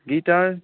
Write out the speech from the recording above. guitar